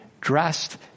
dressed